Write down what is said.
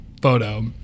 photo